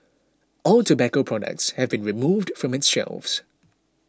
all tobacco products have been removed from its shelves